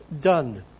done